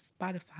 spotify